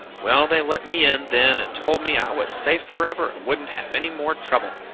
well, they let me in, then, and told me i was safe forever and wouldn't have any more trouble.